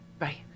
Right